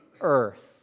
earth